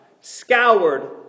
scoured